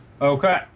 Okay